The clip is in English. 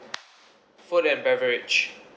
food and beverage